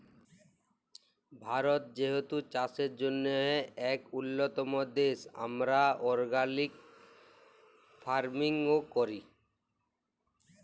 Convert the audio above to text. ভারত যেহেতু চাষের জ্যনহে ইক উল্যতম দ্যাশ, আমরা অর্গ্যালিক ফার্মিংও ক্যরি